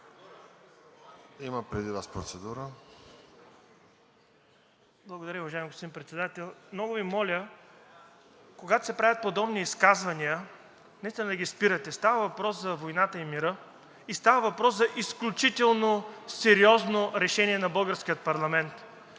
за България): Благодаря, уважаеми господин Председател. Много Ви моля, когато се правят подобни изказвания, наистина да ги спирате. Става въпрос за войната и мира и става въпрос за изключително сериозно решение на българския парламент.